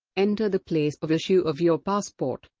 enter the place of issue of your passport